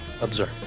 Observe